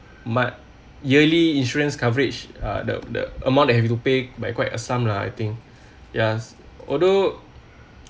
month yearly insurance coverage uh the the amount that you have to pay by quite a sum lah I think ya although